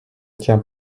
tient